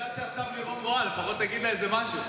עכשיו לירון רואה, לפחות תגיד לה משהו.